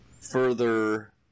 further